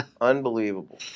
Unbelievable